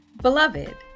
Beloved